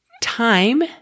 time